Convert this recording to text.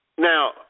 Now